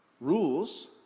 Rules